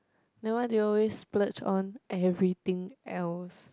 then why do you always splurge on everything else